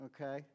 Okay